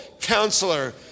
counselor